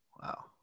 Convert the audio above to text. Wow